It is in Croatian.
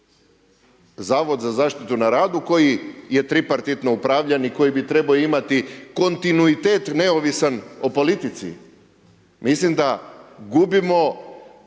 Zavod za zaštitu na radu koji je tripartitno upravljan i koji bi trebao imati kontinuitet neovisan o politici? Mislim da gubimo,